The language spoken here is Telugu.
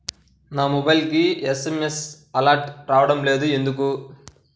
నా మొబైల్కు ఎస్.ఎం.ఎస్ అలర్ట్స్ రావడం లేదు ఎందుకు?